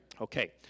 Okay